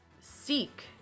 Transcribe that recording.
seek